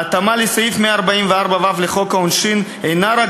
ההתאמה לסעיף 144ו לחוק העונשין אינה רק